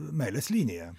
meilės linija